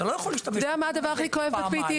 אתה יודע מהו הדבר הכי כואב ב-PTSD?